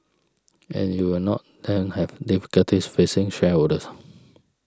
and you will not then have difficulties facing shareholders